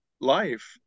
life